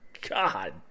God